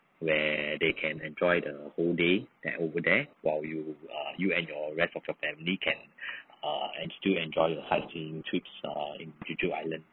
where they can enjoy the whole day there over there while you err you and your rest of your family can err actually enjoy your hiking trips err in jeju island